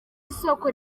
isoko